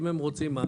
אם הם רוצים מים,